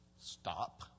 Stop